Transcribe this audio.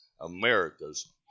America's